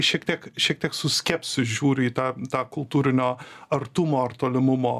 šiek tiek šiek tiek su skepsiu žiūriu į tą tą kultūrinio artumo ar tolimumo